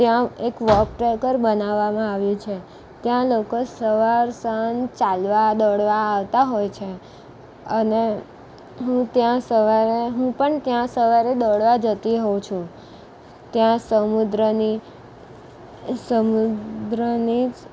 ત્યાં એક walk tracker બનાવામાં આવ્યું છે ત્યાં લોકો સવાર સાંજ ચાલવા દોડવા આવતાં હોય છે અને હું ત્યાં સવારે હું પણ ત્યાં સવારે દોડવા જતી હોઊ છું ત્યાં સમુદ્રની સમુદ્રનેજ